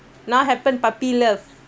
now happen puppy love